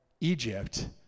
Egypt